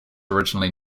originally